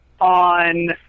on